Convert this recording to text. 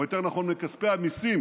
או יותר נכון מכספי המיסים